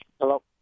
Hello